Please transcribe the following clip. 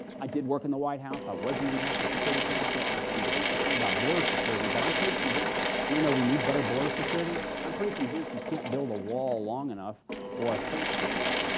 i did work in the white house. i was in the national security council. i am very concerned about border security. but i'm pretty convinced, even though we need better border security, i'm pretty convinced you can't build a wall long enough or a fence high enough.